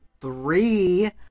three